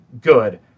good